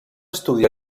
estudi